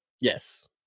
Yes